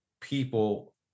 people